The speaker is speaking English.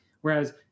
whereas